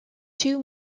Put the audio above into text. two